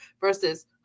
versus